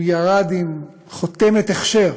הוא ירד עם חותמת הכשר